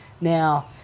Now